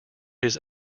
his